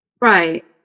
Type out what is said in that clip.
right